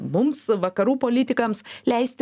mums vakarų politikams leistis